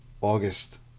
August